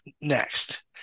next